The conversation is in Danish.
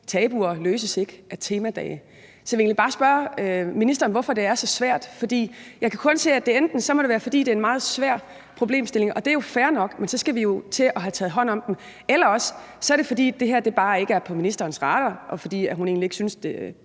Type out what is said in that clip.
tabuer løses ikke af temadage. Så jeg vil egentlig bare spørge ministeren, hvorfor det er så svært. Jeg kan kun se, at det enten må det være, fordi det er en meget svær problemstilling, og det er jo fair nok, men så skal vi til at have taget hånd om den, eller også er det, fordi det her bare ikke er på ministerens radar, og fordi hun egentlig ikke synes, det